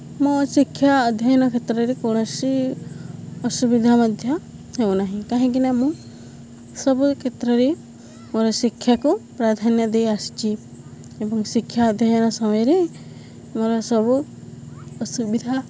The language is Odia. ମୁଁ ଶିକ୍ଷା ଅଧ୍ୟୟନ କ୍ଷେତ୍ରରେ କୌଣସି ଅସୁବିଧା ମଧ୍ୟ ହେଉନାହିଁ କାହିଁକିନା ମୁଁ ସବୁ କ୍ଷେତ୍ରରେ ମୋର ଶିକ୍ଷାକୁ ପ୍ରାଧାନ୍ୟ ଦେଇଆସିଛି ଏବଂ ଶିକ୍ଷା ଅଧ୍ୟୟନ ସମୟରେ ମୋର ସବୁ ଅସୁବିଧା